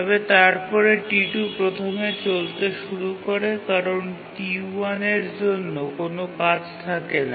তবে তারপরে T2 প্রথমে চলতে শুরু করে কারণ T1 এর জন্য কোনও কাজ থাকে না